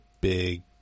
big